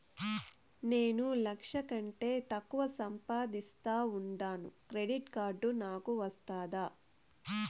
నేను లక్ష కంటే తక్కువ సంపాదిస్తా ఉండాను క్రెడిట్ కార్డు నాకు వస్తాదా